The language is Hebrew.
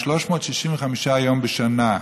365 יום בשנה,